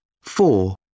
Four